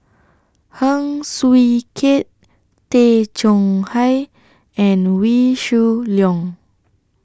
Heng Swee Keat Tay Chong Hai and Wee Shoo Leong